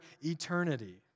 eternity